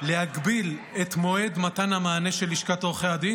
להגביל את מועד מתן המענה של לשכת עורכי הדין,